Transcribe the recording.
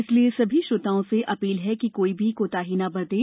इसलिए सभी श्रोताओं से अपील है कि कोई भी कोताही न बरतें